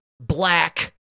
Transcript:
black